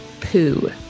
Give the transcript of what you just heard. Poo